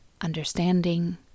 understanding